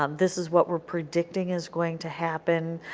um this is what we are predicting is going to happen.